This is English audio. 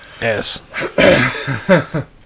Yes